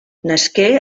nasqué